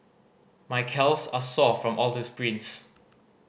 my calves are sore from all the sprints